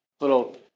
Little